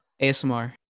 ASMR